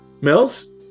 Mills